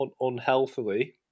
unhealthily